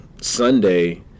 Sunday